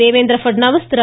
Devendra Fadnavis Thiru